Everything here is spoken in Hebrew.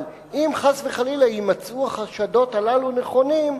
אבל אם חס וחלילה יימצאו החשדות הללו נכונים,